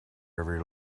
every